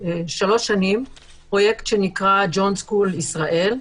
שלוש שנים פרויקט שנקרא "ג'ון סקול ישראל".